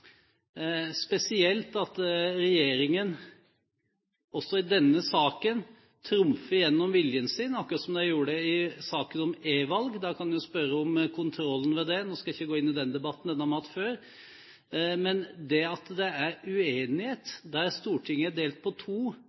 spesielt at regjeringen også i denne saken trumfer gjennom viljen sin, akkurat som den gjorde i saken om e-valg. En kan jo spørre om kontrollen der. Nå skal jeg ikke gå inn i den debatten, den har vi hatt før. Men at det er uenighet, og at Stortinget er delt i to i flere saker som går på